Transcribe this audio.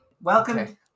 Welcome